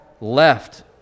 left